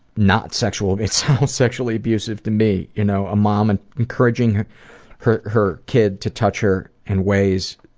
not sexual. it sounds sexually abusive to me. you know, a mom and encouraging her her kid to touch her in ways